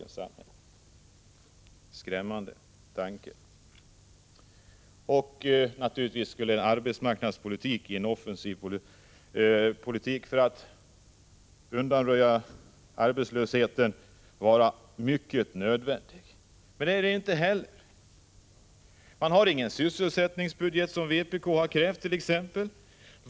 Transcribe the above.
Det är en skrämmande tanke. Det skulle vara nödvändigt med en offensiv arbetsmarknadspolitik för att undanröja arbetslösheten. Men sådan förs inte. Vpk har krävt en sysselsättningsbudget, men det har man ingen.